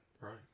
Right